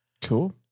Cool